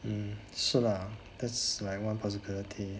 um 是 lah that's like one possibility